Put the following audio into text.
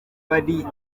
bari